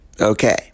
Okay